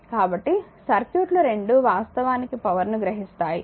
కాబట్టి సర్క్యూట్లు రెండూ వాస్తవానికి పవర్ ను గ్రహిస్తాయి